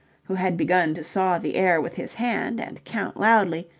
who had begun to saw the air with his hand and count loudly,